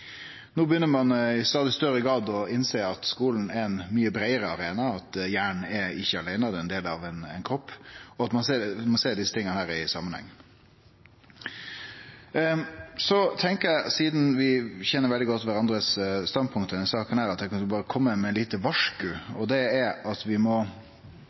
No begynner ein i stadig større grad å innsjå at skulen er ein mykje breiare arena, og at hjernen ikkje er aleine, han er ein del av ein kropp, og at ein må sjå desse tinga i samanheng. Sidan vi kjenner standpunkta til kvarandre veldig godt i denne saka, tenkte eg at eg berre kunne kome med eit lite varsku. Det som er dei stor trendane i ungdomshelsa no, er at